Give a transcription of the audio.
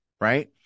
right